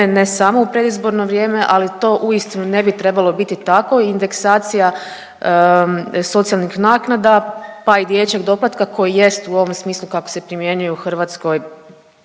ne samo u predizborno vrijeme, ali to uistinu ne bi trebalo biti tako, indeksacija socijalnih naknada, pa i dječjeg doplatka koji jest u ovom smislu kako se primjenjuje u Hrvatskoj